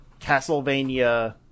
Castlevania